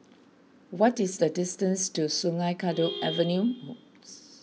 what is the distance to Sungei Kadut Avenue